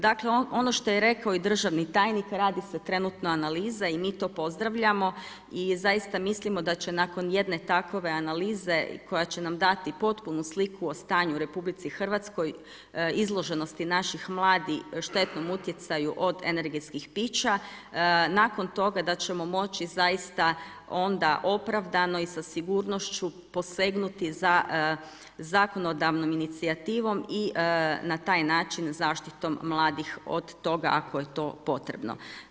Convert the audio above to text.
Dakle ono što je rekao i državni tajnik radi se trenutno analiza i mi to pozdravljamo i zaista mislimo da će nakon jedne takve analize koja će nam dati potpunu sliku o stanju u RH izloženosti naših mladih štetnom utjecaju od energetskih pića, nakon toga da ćemo moći zaista onda opravdano i sa sigurnošću posegnuti za zakonodavnom inicijativom i na taj način zaštitom mladih od toga ako je to potrebno.